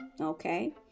Okay